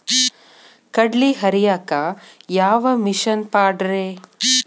ಕಡ್ಲಿ ಹರಿಯಾಕ ಯಾವ ಮಿಷನ್ ಪಾಡ್ರೇ?